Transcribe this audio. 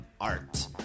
art